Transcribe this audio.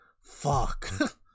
fuck